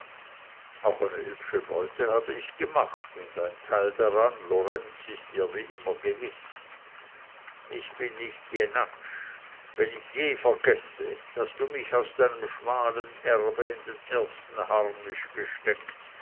auch eine hübsche beute habe ich gemacht und dein teil daran lorenz ist dir wie immer gewiß ich bin nicht jenatsch wenn ich je vergesse daß du mich aus deinem schmalen erbe in den ersten harnisch gesteckt